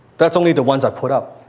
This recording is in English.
that's only the ones i put up.